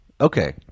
Okay